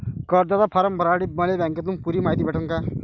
कर्जाचा फारम भरासाठी मले बँकेतून पुरी मायती भेटन का?